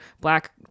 black